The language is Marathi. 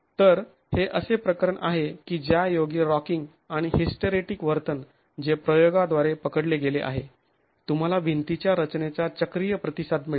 तर हे असे प्रकरण आहे की ज्यायोगे रॉकिंग आणि हिस्टरेटीक वर्तन जे प्रयोगाद्वारे पकडले गेले आहे तुम्हाला भिंतीच्या रचनेचा चक्रीय प्रतिसाद मिळेल